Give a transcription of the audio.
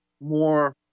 more